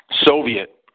Soviet